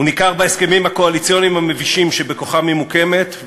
הוא ניכר בהסכמים הקואליציוניים המבישים שבכוחם היא מוקמת,